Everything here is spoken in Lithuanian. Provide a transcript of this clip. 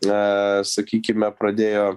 a sakykime pradėjo